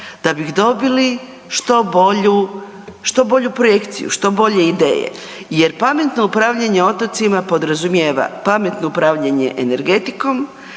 Da bi dobili što bolju projekciju, što bolje ideje jer pametno upravljanje otocima podrazumijeva, pametno upravljene energetikom,